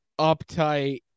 uptight